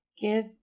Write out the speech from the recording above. give